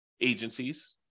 agencies